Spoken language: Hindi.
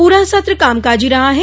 पूरा सत्र कामकाजी रहा है